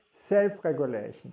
self-regulation